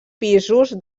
pisos